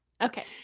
Okay